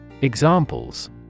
Examples